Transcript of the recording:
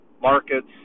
Markets